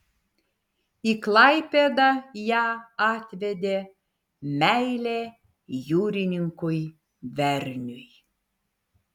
į klaipėdą ją atvedė meilė jūrininkui verniui